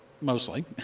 mostly